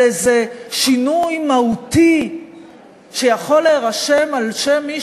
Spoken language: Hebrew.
על איזה שינוי מהותי שיכול להירשם על שם מי